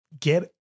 get